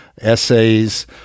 essays